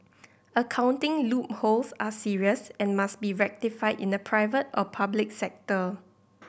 accounting loopholes are serious and must be rectified in the private or public sector